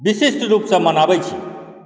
विशिष्ट रूपसँ मनाबै छी